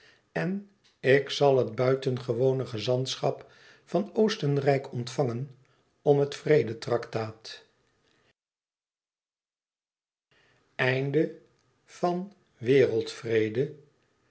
en ik zal het buitengewone gezantschap van oostenrijk ontvangen om het vrede tractaat